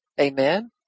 Amen